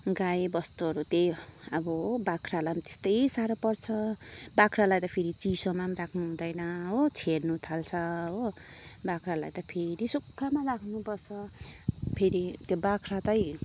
गाईबस्तुहरू त्यही हो अब हो बाख्रालाई पनि त्यस्तै साह्रो पर्छ बाख्रालाई त फेरि चिसोमा पनि राख्नुहुँदैन हो छेर्नु थाल्छ हो बाख्रालाई त फेरि सुक्खामा राख्नुपर्छ फेरि त्यो बाख्रा चाहिँ